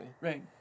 Right